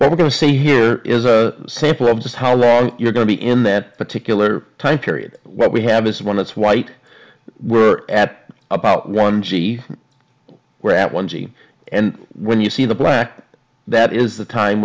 that we're going to see here is a sample of just how long you're going to be in that particular time period what we have is one that's white we're at about one g we're at one g and when you see the black that is the time